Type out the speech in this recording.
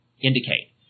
indicate